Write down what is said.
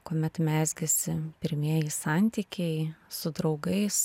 kuomet mezgėsi pirmieji santykiai su draugais